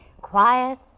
Quiet